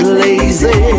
lazy